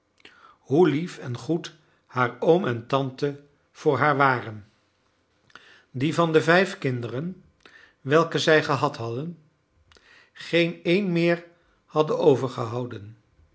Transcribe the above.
hoe lief en goed haar oom en tante voor haar waren die van de vijf kinderen welke zij gehad hadden geen een meer hadden overgehouden